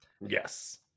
Yes